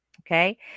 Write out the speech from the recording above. Okay